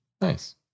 nice